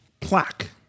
plaque